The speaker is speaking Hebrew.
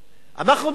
אנחנו דורשים זאת.